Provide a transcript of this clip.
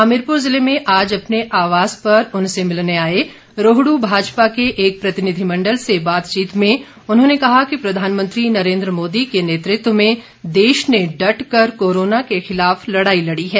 हमीरपुर जिले में आज अपने आवास पर उनसे मिलने आए रोहडू भाजपा के एक प्रतिनिधिमंडल से बातचीत में उन्होंने कहा कि प्रधानमंत्री नरेंद्र मोदी के नेतृत्व में देश ने डट कर कोरोना के खिलाफ लड़ाई लड़ी है